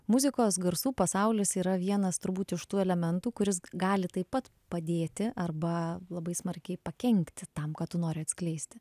muzikos garsų pasaulis yra vienas turbūt iš tų elementų kuris gali taip pat padėti arba labai smarkiai pakenkti tam ką tu nori atskleisti